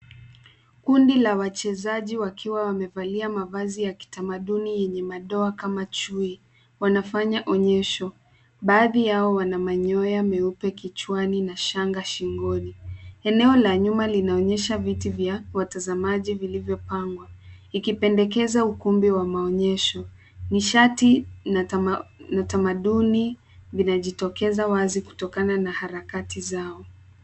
Kundi la wachezaji wakiwa wamevalia mavazi ya kitamaduni yenye madoa kama chui, wanafanya onyesho. Baadhi yao wana manyoya meupe kichwani na shanga shingoni. Eneo la nyuma linaonyesha viti vya watazamaji vilivyopangwa, ikipendekeza ukumbi wa maonyesho. Nishati na tamaduni vinajitokeza wazi kutokana na harakati zao.